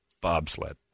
bobsled